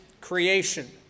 creation